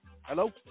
Hello